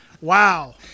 wow